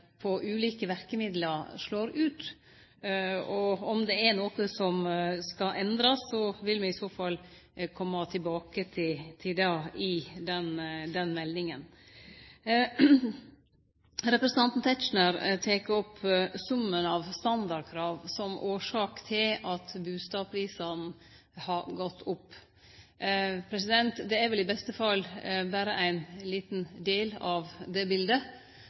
på ulike verkemiddel slår ut. Om det er noko som skal endrast, vil me i så fall kome tilbake til det i den meldinga. Representanten Tetzschner tek opp summen av standardkrav som årsak til at bustadprisane har gått opp. Det er vel i beste fall berre ein liten del av biletet. Det